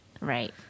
right